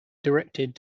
directed